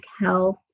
health